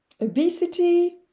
obesity